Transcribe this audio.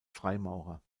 freimaurer